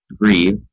grieve